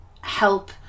help